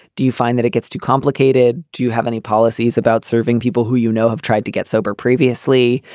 do you find that it gets too complicated? do you have any policies about serving people who, you know, have tried to get sober previously?